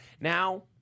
Now